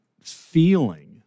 feeling